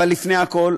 אבל לפני הכול,